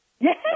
Yes